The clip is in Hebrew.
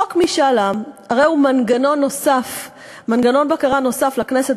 חוק משאל עם הריהו מנגנון בקרה נוסף לכנסת